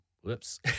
Whoops